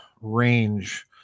range